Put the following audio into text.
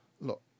Look